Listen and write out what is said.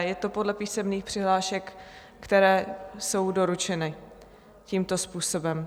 Je to podle písemných přihlášek, které jsou doručeny tímto způsobem.